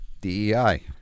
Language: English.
DEI